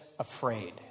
Afraid